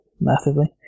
massively